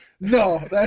No